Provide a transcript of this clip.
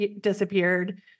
disappeared